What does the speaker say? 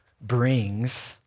brings